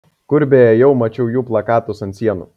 kur beėjau mačiau jų plakatus ant sienų